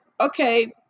okay